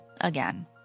again